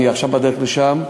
אני עכשיו בדרך לשם,